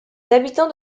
habitants